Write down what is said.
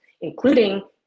including